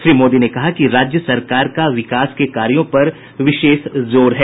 श्री मोदी ने कहा कि राज्य सरकार का विकास के कार्यों पर विशेष जोर है